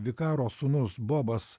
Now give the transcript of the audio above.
vikaro sūnus bobas